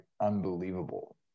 unbelievable